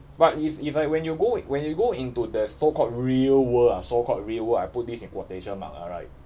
but if if like when you go when you go into the so called real world ah so called real world ah I put this in quotation mark ah right